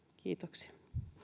kiitoksia